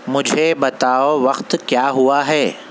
مجھے بتاؤ وقت کیا ہوا ہے